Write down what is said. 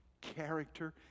character